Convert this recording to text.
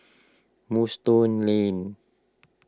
Moonstone Lane